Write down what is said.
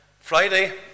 Friday